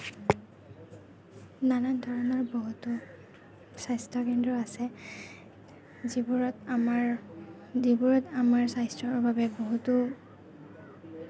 নানান ধৰণৰ বহুতো স্বাস্থ্য কেন্দ্ৰ আছে যিবোৰত আমাৰ যিবোৰত আমাৰ স্বাস্থ্যৰ বাবে বহুতো